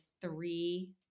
three